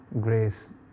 grace